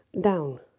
down